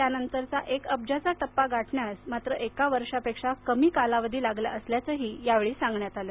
त्यानंतरचा एक अब्जांचा टप्पा गाठण्यास मात्र एका वर्षापेक्षा कमी कालावधी लागला असल्याचंही या वेळी सांगण्यात आलं